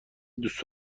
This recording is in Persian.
دوست